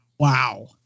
Wow